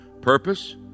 Purpose